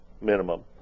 minimum